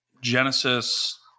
Genesis